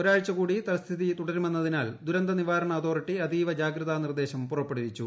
ഒരാഴ്ചകൂടി തൽസ്ഥിതി തുടരുമെന്നതിനാൽ ദുരന്ത നിവാരണ അതോറിറ്റി അതീവ ജാഗ്രതാ നിർദ്ദേശം പുറപ്പെടുവിച്ചു